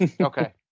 Okay